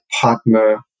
partner